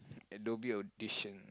at doggy audition